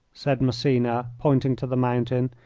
said massena, pointing to the mountain,